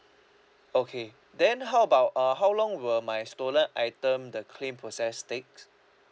okay then how about uh how long will my stolen item the claim process takes